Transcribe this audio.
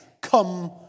come